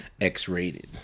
X-rated